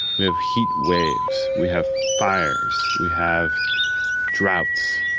we have heatwaves, we have fires, we have droughts.